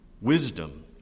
Wisdom